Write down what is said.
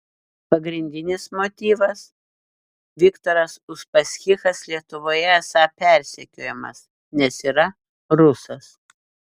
pagrindinis motyvas viktoras uspaskichas lietuvoje esą persekiojamas nes yra rusas